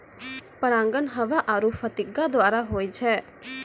परागण हवा आरु फतीगा द्वारा होय छै